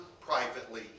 privately